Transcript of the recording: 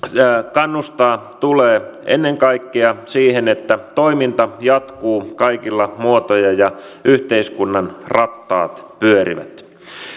tulee kannustaa ennen kaikkea siihen että toiminta jatkuu kaikella muotoa ja ja yhteiskunnan rattaat pyörivät